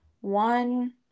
One